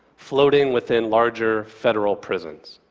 floating within larger federal prisons.